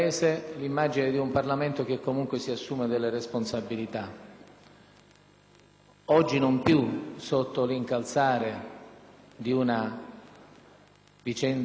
non più sotto l'incalzare di una vicenda che ormai ha raggiunto un terribile epilogo, ma